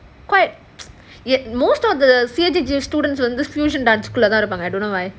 quite என்ன சொல்றது:enna solrathu most of the C_A_T_J students in this fusion dance குள்ளத்தான் இருக்காங்க:kullathaan irukaanga I don't know why